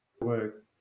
work